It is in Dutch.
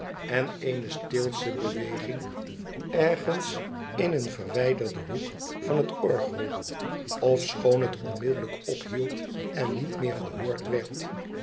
en eene steelsche beweging ergens in een verwijderden hoek van het orgel ofschoon het onmiddellijk ophield en niet meer gehoord werd